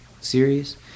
series